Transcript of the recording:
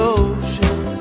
ocean